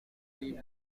she